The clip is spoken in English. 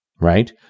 Right